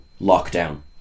lockdown